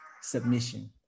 submission